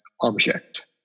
object